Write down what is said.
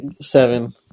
seven